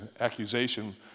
accusation